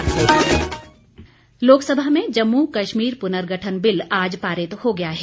प्रस्ताव लोकसभा में जम्मू कश्मीर पुर्नगठन बिल आज पारित हो गया है